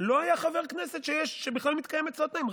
לא היה חבר כנסת שבכלל מתקיימים אצלו התנאים.